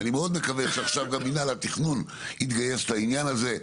ואני מאוד מקווה שעכשיו גם מנהל התכנון יתגייס לעניין הזה.